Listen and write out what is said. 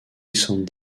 recent